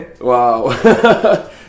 Wow